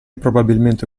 probabilmente